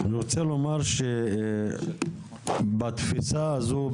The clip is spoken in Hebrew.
אני רוצה לומר שבתפיסה הזו,